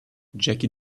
jackie